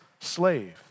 slave